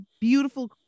beautiful